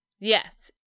Yes